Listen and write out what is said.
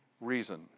reason